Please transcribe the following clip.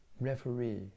Referee